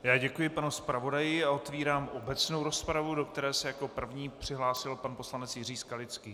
Já děkuji panu zpravodaji a otevírám obecnou rozpravu, do které se jako první přihlásil pan poslanec Jiří Skalický.